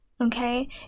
Okay